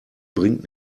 bringt